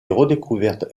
redécouverte